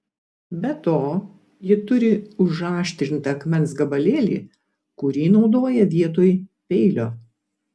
be to ji turi užaštrintą akmens gabalėlį kurį naudoja vietoj peilio